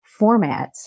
formats